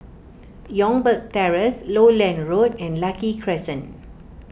Youngberg Terrace Lowland Road and Lucky Crescent